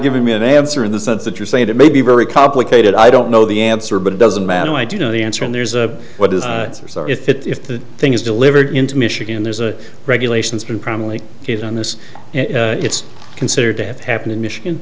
giving me an answer in the sense that you're saying it may be very complicated i don't know the answer but it doesn't matter what i do know the answer and there's a what is it if the thing is delivered into michigan there's a regulations can probably get on this and it's considered to have happened in michigan